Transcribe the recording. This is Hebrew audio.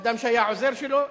אדם שהיה העוזר שלו,